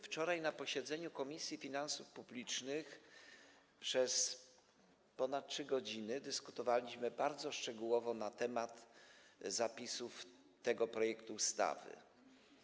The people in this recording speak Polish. Wczoraj na posiedzeniu Komisji Finansów Publicznych przez ponad 3 godziny dyskutowaliśmy bardzo szczegółowo na temat zapisów tego projektu ustawy.